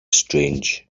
strange